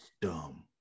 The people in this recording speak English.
dumb